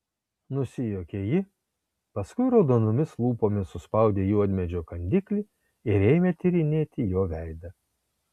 nusijuokė ji paskui raudonomis lūpomis suspaudė juodmedžio kandiklį ir ėmė tyrinėti jo veidą